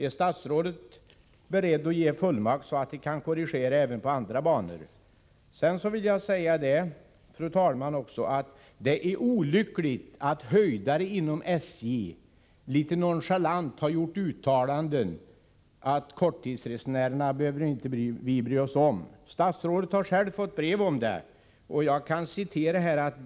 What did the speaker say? Är statsrådet beredd att ge fullmakt så att priserna kan korrigeras även på andra banor? Jag vill också säga, fru talman, att det är olyckligt att ”höjdare” inom SJ litet nonchalant har gjort uttalanden som innebär att de inte behöver bry sig om korttidsresenärerna. Statsrådet har själv fått brev om det här, och jag kan citera från ett telefonsamtal.